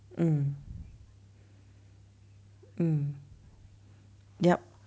mm mm yup